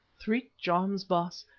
three charms, baas,